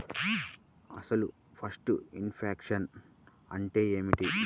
అసలు pest infection అంటే ఏమిటి?